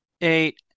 eight